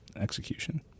execution